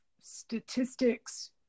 statistics